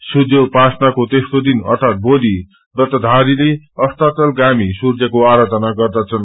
सूर्योपासनाको तेस्रो दिन अर्पित भोलि व्रतधारीले अस्ताचलगामी सूर्यको आराधना गद्रछन्